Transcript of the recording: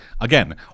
again